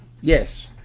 Yes